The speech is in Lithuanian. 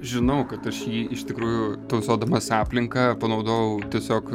žinau kad aš jį iš tikrųjų tausodamas aplinką panaudojau tiesiog